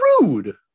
rude